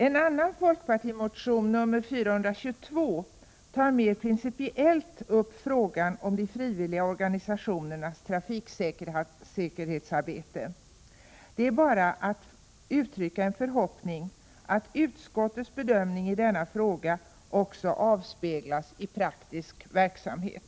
En annan folkpartimotion, nr 422, tar mera principiellt upp frågan om de frivilliga organisationernas trafiksäkerhetsarbete. Det är bara att uttala en förhoppning om att utskottets bedömning i denna fråga också avspeglas i praktisk verksamhet.